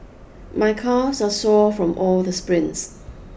my calves are sore from all the sprints